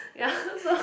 yeah so